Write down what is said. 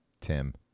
Tim